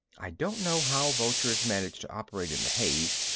i don't know how vultures manage to operate in the haze,